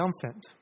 triumphant